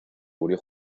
murió